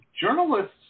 journalists